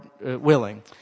willing